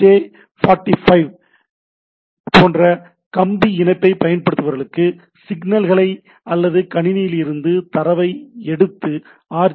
J 45 போன்ற கம்பி இணைப்பைப் பயன்படுத்துபவர்களுக்கு சிக்னல்களை அல்லது கணினிகளிலிருந்து தரவை எடுத்து ஆர்